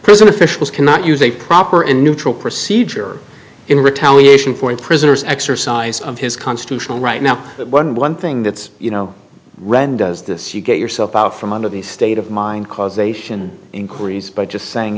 officials cannot use a proper and neutral procedure in retaliation for a prisoner's exercise of his constitutional right now one thing that you know ren does this you get yourself out from under the state of mind causation increased by just saying